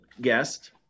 guest